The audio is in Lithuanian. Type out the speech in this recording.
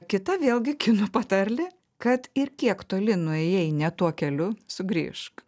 kita vėlgi kinų patarlė kad ir kiek toli nuėjai ne tuo keliu sugrįžk